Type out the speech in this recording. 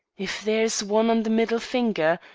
if there is one on the middle finger,